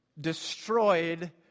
destroyed